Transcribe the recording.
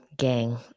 gang